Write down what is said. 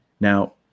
Now